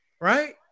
right